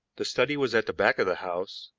the study was at the back of the house,